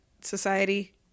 Society